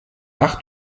ach